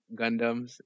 Gundams